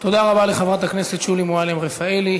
תודה רבה לחברת הכנסת שולי מועלם-רפאלי.